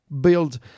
build